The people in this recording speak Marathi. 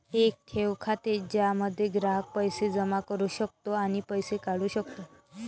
एक ठेव खाते ज्यामध्ये ग्राहक पैसे जमा करू शकतो आणि पैसे काढू शकतो